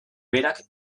berak